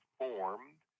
formed